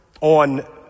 on